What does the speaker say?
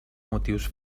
motius